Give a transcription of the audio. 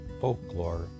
folklore